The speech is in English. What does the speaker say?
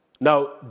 Now